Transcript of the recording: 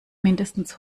mindestens